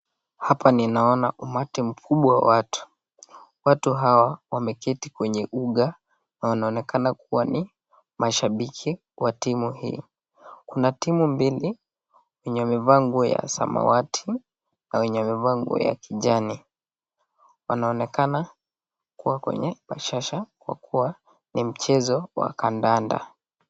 Hapa ninaona umatu mkubwa wa watu. Watu hawa wameketi kwenye ugaa na wanaonekana kuwa ni mashabiki wa timu hii. Kuna timu mbili wenye wamevaa nguo ya samawati na wenye wamevaa nguo ya kijani wanaonekana kuwa kwenye bashasha kwa kuwa ni mchezo wa kandanda.